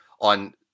on